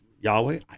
Yahweh